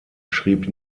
schrieb